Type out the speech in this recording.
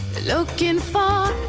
looking for